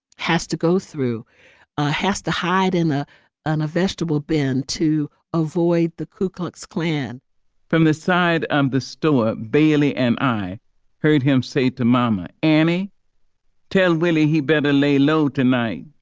has to go through ah has to hide in a and vegetable bin to avoid the ku klux klan from this side of um the store bailey and i heard him say to mama annie tell willie he better lay low tonight.